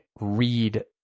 read